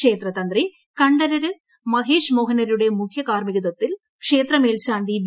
ക്ഷേത്രത്ത്രി കണ്ഠരര് മഹേഷ് മോഹനരുടെ മുഖ്യകാർമ്മികത്വത്തിൽ ക്ഷേത്ര മേൽശാന്തി വി